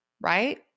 right